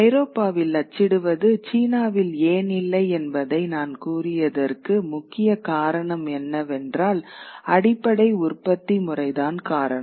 ஐரோப்பாவில் அச்சிடுவதுசீனாவில் ஏன் இல்லை என்பதை நான் கூறியதற்கு முக்கிய காரணம் என்னவென்றால் அடிப்படை உற்பத்தி முறை தான் காரணம்